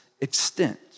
extent